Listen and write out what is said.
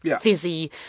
fizzy